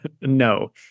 no